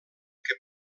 que